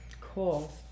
cool